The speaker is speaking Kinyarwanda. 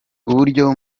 uburyo